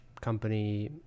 company